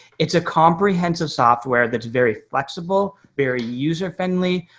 it's a comprehensive software that's very flexible, very user friendly,